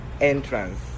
entrance